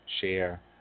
share